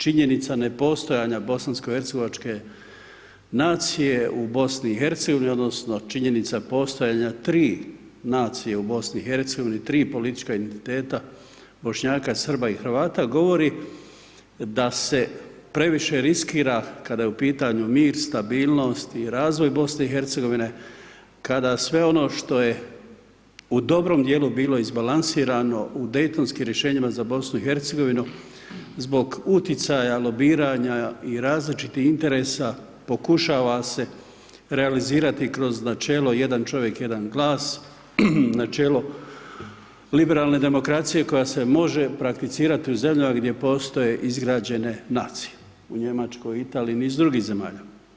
Činjenica nepostojanja bosansko-hercegovačke nacije u BiH odnosno činjenica postojanja tri nacije u BiH, tri politička entiteta, Bošnjaka, Srba i Hrvata, govori da se previše riskira kada je u pitanju mir, stabilnost i razvoj BiH, kada sve ono što je u dobrom djelu bilo izbalansirano u Dejtonskim rješenjima za BiH, zbog uticaja lobiranja i različitih interesa pokušava se realizirati kroz načelo jedan čovjek, jedan glas, načelo liberalne demokracije koja se može prakticirati u zemljama gdje postoje izgrađene nacije, u Njemačkoj, Italiji niz drugih zemalja.